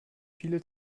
viele